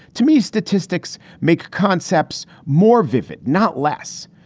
to me, statistics make concepts more vivid, not less.